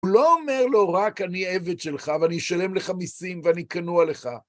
הוא לא אומר לו רק אני עבד שלך ואני אשלם לך 50 ואני כנוע לך.